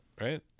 Right